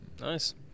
Nice